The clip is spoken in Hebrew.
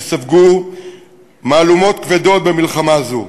שספגו מהלומות כבדות במלחמה הזאת.